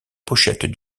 pochette